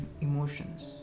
emotions